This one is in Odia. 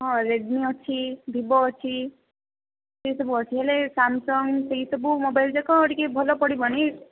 ହଁ ରେଡ଼ମୀ ଅଛି ଭିବୋ ଅଛି ସେଇ ସବୁ ଅଛି ହେଲେ ସାମସଙ୍ଗ ସେଇ ସବୁ ମୋବାଇଲ ଯାକ ଟିକେ ଭଲ ପଡ଼ିବନି